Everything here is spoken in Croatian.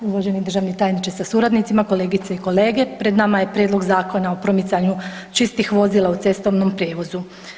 Uvaženi državni tajniče sa suradnicima, kolegice i kolege, pred nama je Prijedlog Zakona o promicanju čistih vozila u cestovnom prijevozu.